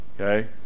okay